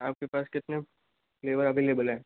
आप के पास कितने फ्लेवर अवेलेबल है